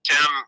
Tim